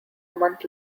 month